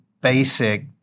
basic